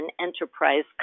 enterprise